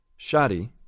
Shadi